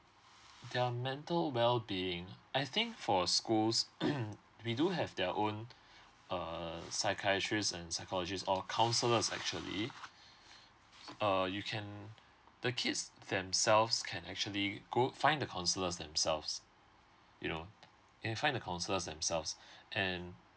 their mental well being I think for schools we do have their own uh psychiatrist and psychologist or counsellors actually uh you can the kids themselves can actually go find the counsellors themselves you know can find the counsellors themselves and